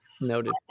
Noted